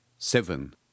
Seven